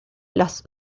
las